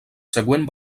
següent